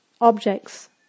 objects